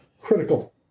critical